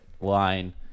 line